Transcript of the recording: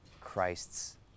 Christ's